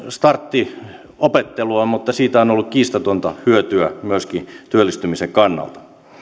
starttiopettelua mutta niistä on ollut kiistatonta hyötyä myöskin työllistymisen kannalta